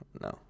no